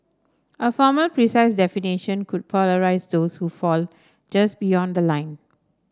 a formal precise definition could polarise those who fall just beyond the line